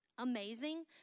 amazing